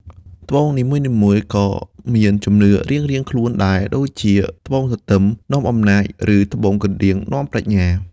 ត្បូងនីមួយៗក៏មានជំនឿរៀងៗខ្លួនដែរ ដូចជាត្បូងទទឹមនាំអំណាច ឬត្បូងកណ្ដៀងនាំប្រាជ្ញា។